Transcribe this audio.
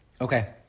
okay